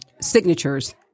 signatures